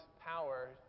power